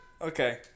Okay